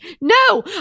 no